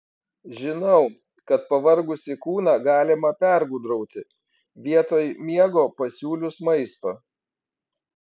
žinau kad pavargusį kūną galima pergudrauti vietoj miego pasiūlius maisto